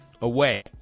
away